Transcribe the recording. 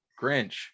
Grinch